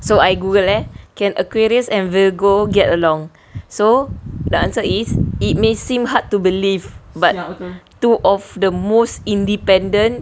so I google eh can aquarius and virgo get along so the answer is it may seem hard to believe but two of the most independent